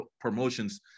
promotions